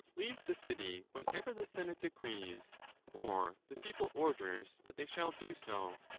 leave the city whenever the senate decrees or the people orders that they shall do so.